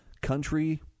country